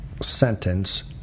sentence